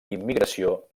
immigració